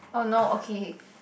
!oh no! okay